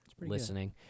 listening